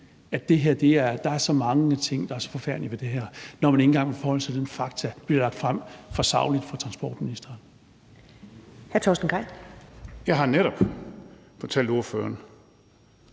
at der er så mange ting, der er så forfærdelige ved det her, når man ikke engang vil forholde sig til de fakta, der er blevet lagt sagligt frem fra transportministerens